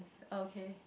okay